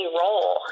role